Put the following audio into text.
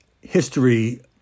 history